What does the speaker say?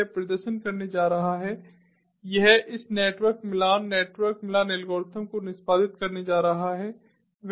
यह प्रदर्शन करने जा रहा है यह इस नेटवर्क मिलान नेटवर्क मिलान एल्गोरिदम को निष्पादित करने जा रहा है